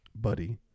buddy